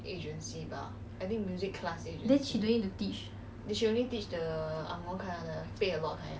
then she don't need to teach